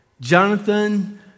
Jonathan